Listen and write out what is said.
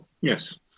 Yes